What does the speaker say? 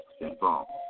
involved